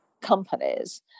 companies